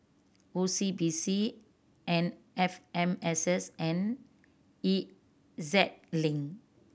O C B C and F M S S and E Z Link